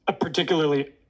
particularly